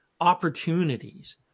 opportunities